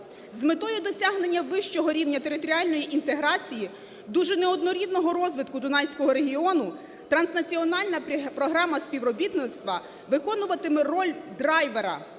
З метою досягнення вищого рівня територіальної інтеграції, дуже неоднорідного розвитку Дунайського регіону, транснаціональна програма співробітництва виконуватиме роль драйвера